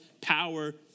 power